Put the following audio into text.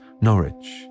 Norwich